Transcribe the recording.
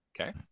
Okay